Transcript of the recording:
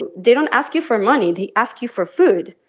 and they don't ask you for money. they ask you for food.